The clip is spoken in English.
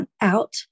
out